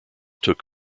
took